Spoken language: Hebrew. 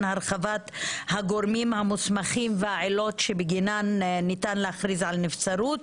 הרחבת הגורמים המוסמכים והעילות שבגינן ניתן להכריז על נבצרות